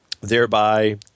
thereby –